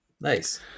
Nice